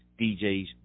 DJs